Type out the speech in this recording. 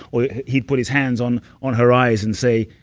or he'd put his hands on on her eyes and say,